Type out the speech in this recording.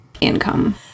income